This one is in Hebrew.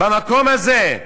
במקום הזה,